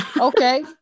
okay